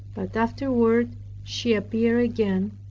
but afterward she appeared again,